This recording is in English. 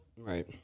Right